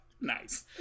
nice